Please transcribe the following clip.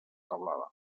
teulada